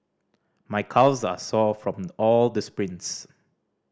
my calves are sore from all the sprints